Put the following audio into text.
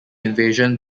invasion